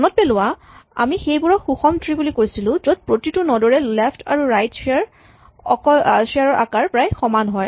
মনত পেলোৱা আমি সেইবোৰক সুষম ট্ৰী বুলি কৈছিলো য'ত প্ৰতিটো নড ৰে লেফ্ট আৰু ৰাইট ছেয়াৰ ৰ আকাৰ প্ৰায় সমান হয়